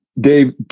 Dave